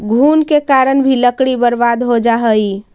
घुन के कारण भी लकड़ी बर्बाद हो जा हइ